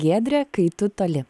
giedrė kai tu toli